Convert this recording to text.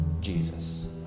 Jesus